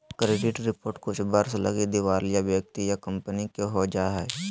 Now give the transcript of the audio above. credit report कुछ वर्ष लगी दिवालिया व्यक्ति या कंपनी के हो जा हइ